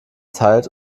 teilt